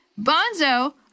Bonzo